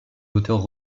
auteur